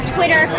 Twitter